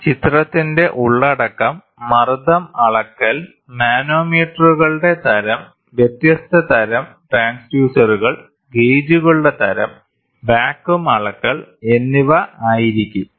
ഈ ചിത്രത്തിന്റെ ഉള്ളടക്കം മർദ്ദം അളക്കൽ മാനോമീറ്ററുകളുടെ തരം വ്യത്യസ്ത തരം ട്രാൻസ്ഡ്യൂസറുകൾ ഗേജുകളുടെ തരം വാക്വം അളക്കൽ എന്നിവ ആയിരിക്കും